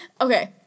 Okay